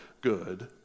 good